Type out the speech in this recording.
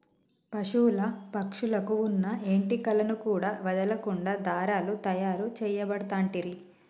పశువుల పక్షుల కు వున్న ఏంటి కలను కూడా వదులకుండా దారాలు తాయారు చేయబడుతంటిరి